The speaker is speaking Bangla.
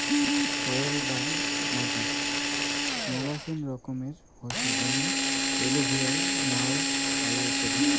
সয়েল বা মাটি মেলাচ্ছেন রকমের হসে যেমন এলুভিয়াল, নাল, কাল ইত্যাদি